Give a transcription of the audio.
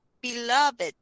Beloved